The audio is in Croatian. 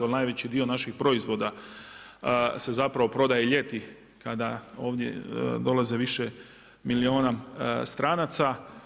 Jer najveći dio naših proizvoda se zapravo prodaje ljeti kada ovdje dolaze više milijuna stranaca.